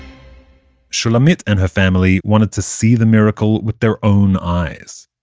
shulamit and her family wanted to see the miracle with their own eyes.